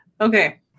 Okay